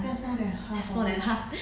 that's more than half oh